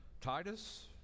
Titus